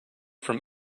from